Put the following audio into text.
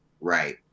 Right